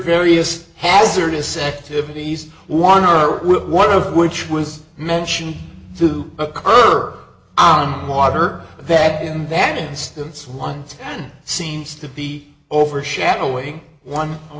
various hazardous activities one or one of which was mentioned to occur on water that in that instance one seems to be overshadowing one o